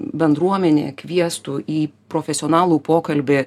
bendruomenė kviestų į profesionalų pokalbį